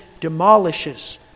demolishes